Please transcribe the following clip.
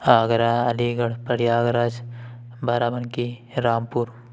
Agra Aligarh Prayagraj Barabanki Rampur